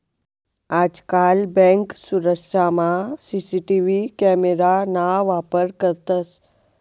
आजकाल बँक सुरक्षामा CCTV camera ना वापर करतंस